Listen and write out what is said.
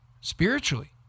spiritually